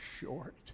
short